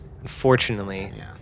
Unfortunately